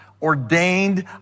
ordained